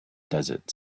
desert